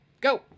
go